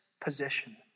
position